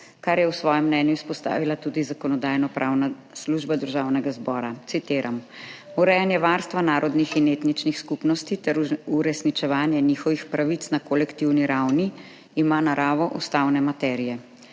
kar je v svojem mnenju izpostavila tudi Zakonodajno-pravna služba Državnega zbora. Citiram: »Urejanje varstva narodnih in etničnih skupnosti ter uresničevanje njihovih pravic na kolektivni ravni ima naravo ustavne materije.